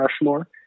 Rushmore